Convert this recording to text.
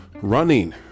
running